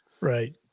Right